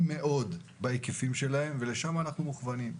מאוד בהיקפים שלהם ולשם אנחנו מוכוונים.